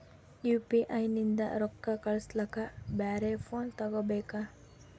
UPI ನಿಂದ ರೊಕ್ಕ ಕಳಸ್ಲಕ ಬ್ಯಾರೆ ಫೋನ ತೋಗೊಬೇಕ?